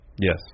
Yes